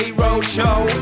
roadshow